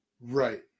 Right